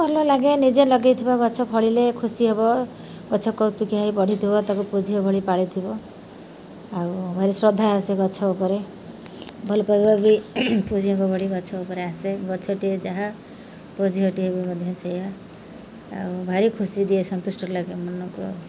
ଭଲ ଲାଗେ ନିଜେ ଲଗେଇଥିବ ଗଛ ଫଳିଲେ ଖୁସି ହେବ ଗଛ କୌତୁକିଆ ହେଇ ବଢ଼ିଥିବ ତାକୁ ପୁଅ ଝିଅ ଭଳି ପାଳିଥିବ ଆଉ ଭାରି ଶ୍ରଦ୍ଧା ଆସେ ଗଛ ଉପରେ ଭଲ ପାଇବା ବି ପୁଅ ଝିଅଙ୍କ ଭଳି ଗଛ ଉପରେ ଆସେ ଗଛଟିଏ ଯାହା ପୁଅ ଝିଅଟିଏ ବି ମଧ୍ୟ ସେଇଆ ଆଉ ଭାରି ଖୁସି ଦିଏ ସନ୍ତୁଷ୍ଟ ଲାଗେ ମନକୁ